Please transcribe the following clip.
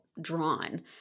drawn